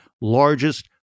largest